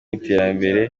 iterambere